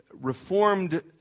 reformed